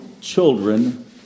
children